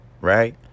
right